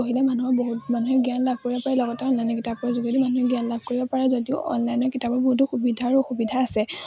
পঢ়িলে মানুহৰ বহুত মানুহে জ্ঞান লাভ কৰিব পাৰে লগতে অনলাইন কিতাপৰ যোগেদি মানুহে জ্ঞান লাভ কৰিব পাৰে যদিও অনলাইনৰ কিতাপৰ বহুতো সুবিধা আৰু অসুবিধা আছে